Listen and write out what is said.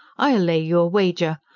i'll lay you a wager.